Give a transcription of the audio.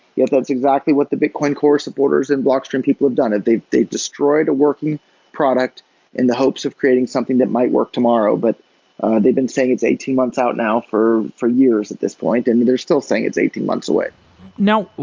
yeah that's exactly what the bitcoin core supporters and blockstream people have done. they've they've destroyed a working product in the hopes of creating something that might work tomorrow, but they've been saying it's eighteen months out now for for years at this point and they're still saying it's eighteen months away now,